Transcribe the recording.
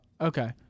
Okay